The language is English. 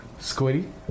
Squiddy